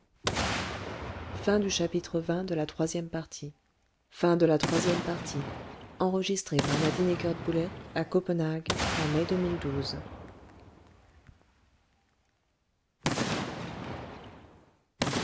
à fait en